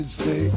say